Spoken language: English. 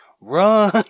run